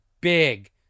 big